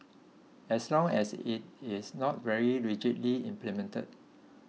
as long as it is not very rigidly implemented